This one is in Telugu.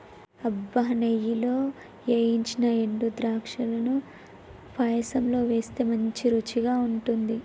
అబ్బ నెయ్యిలో ఏయించిన ఎండు ద్రాక్షలను పాయసంలో వేస్తే మంచి రుచిగా ఉంటుంది